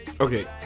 okay